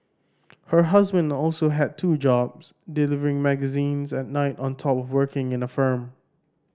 her husband also had two jobs delivering magazines at night on top of working in a firm